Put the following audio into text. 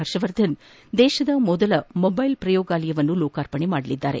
ಹರ್ಷವರ್ಧನ್ ದೇಶದ ಮೊದಲ ಮೊಬ್ಲೆಲ್ ಪ್ರಯೋಗಾಲಯವನ್ನು ಲೋಕಾರ್ಪಣೆ ಮಾಡಲಿದ್ದಾರೆ